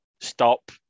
stop